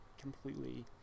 completely